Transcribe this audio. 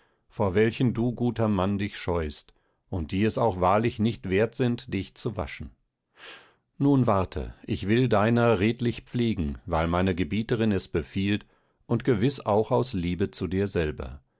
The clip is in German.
vor welchen du guter mann dich scheust und die es auch wahrlich nicht wert sind dich zu waschen nun warte ich will deiner redlich pflegen weil meine gebieterin es befiehlt und gewiß auch aus liebe zu dir selber